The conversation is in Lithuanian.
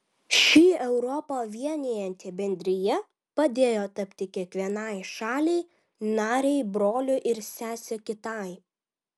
ši europą vienijanti bendrija padėjo tapti kiekvienai šaliai narei broliu ir sese kitai